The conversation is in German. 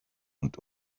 und